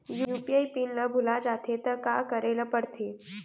UPI PIN ल भुला जाथे त का करे ल पढ़थे?